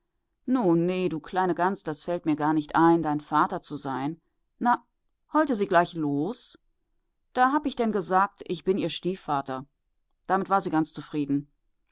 nee du kleine gans das fällt mir gar nicht ein dein vater zu sein na sie heulte gleich und da hab ich denn gesagt ich bin ihr stiefvater damit war sie ganz zufrieden